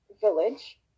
village